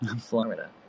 Florida